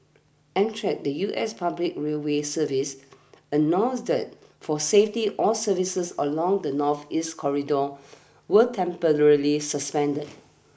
Amtrak the U S public railway service announced that for safety all services along the northeast corridor were temporarily suspended